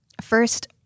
First